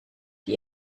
die